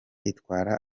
itwara